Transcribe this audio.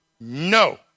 no